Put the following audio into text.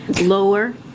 lower